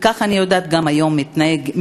וכך אני יודעת שגם היום מתנהגים,